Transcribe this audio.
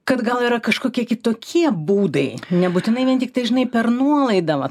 kad gal yra kažkokie kitokie būdai nebūtinai vien tiktai žinai per nuolaidą va